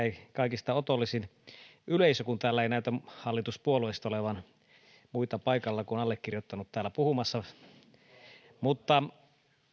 ei kaikista otollisin yleisö kun täällä ei näytä hallituspuolueista olevan muita paikalla kuin allekirjoittanut täällä puhumassa mutta